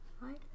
right